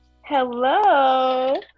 Hello